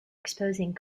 exposing